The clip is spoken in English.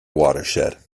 watershed